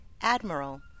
Admiral